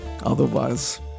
Otherwise